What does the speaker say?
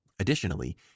Additionally